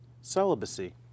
Celibacy